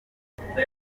mkombozi